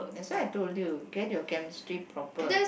that's why I told you get your chemistry proper